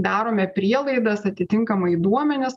darome prielaidas atitinkamai duomenis